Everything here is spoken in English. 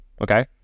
Okay